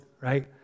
right